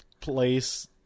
place